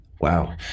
Wow